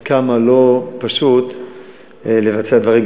עד כמה לא פשוט לבצע דברים,